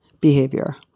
behavior